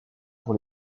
pour